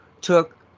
took